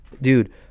dude